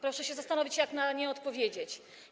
Proszę się zastanowić, jak na nie odpowiedzieć.